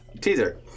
teaser